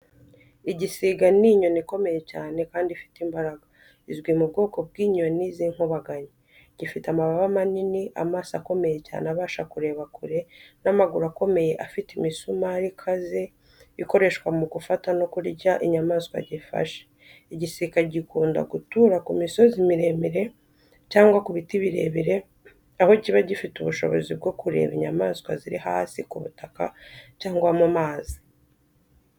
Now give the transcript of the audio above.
Igisiga ni inyoni ikomeye cyane kandi ifite imbaraga, izwi mu bwoko bw’inyoni z’inkubaganyi. Gifite amababa manini, amaso akomeye cyane abasha kureba kure, n’amaguru akomeye afite imisumari ikaze ikoreshwa mu gufata no kurya inyamaswa gifata. Igisiga gikunda gutura ku misozi miremire cyangwa ku biti birebire, aho kiba gifite ubushobozi bwo kureba inyamaswa ziri hasi ku butaka cyangwa mu mazi.